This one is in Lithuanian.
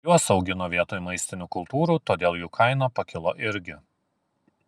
juos augino vietoj maistinių kultūrų todėl jų kaina pakilo irgi